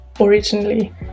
originally